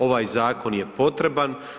Ovaj zakon je potreban.